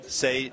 say